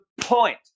point